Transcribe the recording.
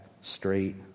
straight